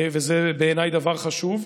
וזה בעיניי דבר חשוב,